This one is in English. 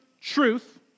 truth